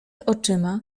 oczyma